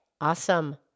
Awesome